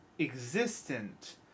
existent